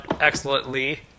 excellently